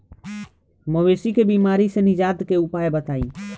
मवेशी के बिमारी से निजात के उपाय बताई?